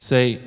Say